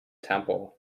temple